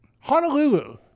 Honolulu